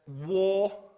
war